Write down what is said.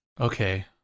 Okay